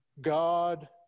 God